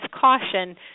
caution